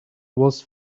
was